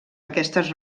aquestes